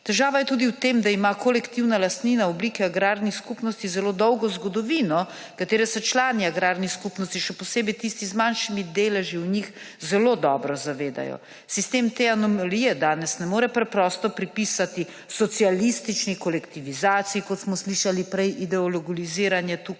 Težava je tudi v tem, da ima kolektivna lastnina oblike agrarnih skupnosti zelo dolgo zgodovino, katere se člani agrarnih skupnosti, še posebej tisti z manjšimi deleži v njih, zelo dobro zavedajo. Sistem te anomalije danes ne more preprosto pripisati socialistični kolektivizaciji, kot smo slišali prej ideologiziranje tukaj,